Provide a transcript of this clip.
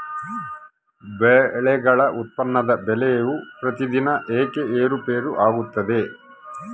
ಬೆಳೆಗಳ ಉತ್ಪನ್ನದ ಬೆಲೆಯು ಪ್ರತಿದಿನ ಏಕೆ ಏರುಪೇರು ಆಗುತ್ತದೆ?